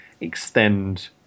extend